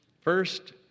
First